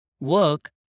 work